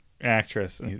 actress